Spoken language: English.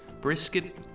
brisket